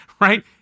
right